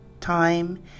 time